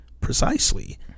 precisely